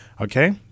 Okay